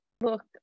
Look